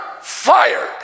fired